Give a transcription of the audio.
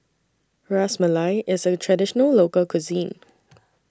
Ras Malai IS A Traditional Local Cuisine